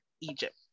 Egypt